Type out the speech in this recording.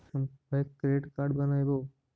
हम bank credit card बनैवो?